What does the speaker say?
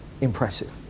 impressive